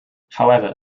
however